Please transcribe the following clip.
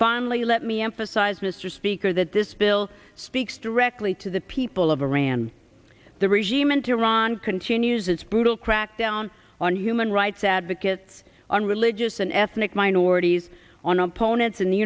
finally let me emphasize mr speaker that this bill speaks directly to the people of iran the regime in tehran continues its brutal crackdown on human rights advocates on religious and ethnic minorities on opponents